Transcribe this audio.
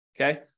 Okay